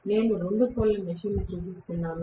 నేను 2 పోల్ మెషీన్ను చూపిస్తున్నాను